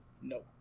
No